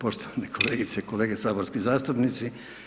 Poštovani kolegice i kolege saborski zastupnici.